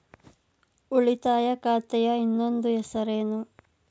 ಉಳಿತಾಯ ಖಾತೆಯ ಇನ್ನೊಂದು ಹೆಸರೇನು?